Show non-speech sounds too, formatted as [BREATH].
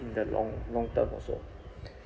in the long long term also [BREATH]